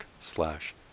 slash